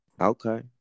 Okay